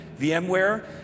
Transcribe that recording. VMware